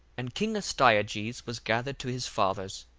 and king astyages was gathered to his fathers,